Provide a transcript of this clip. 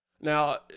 Now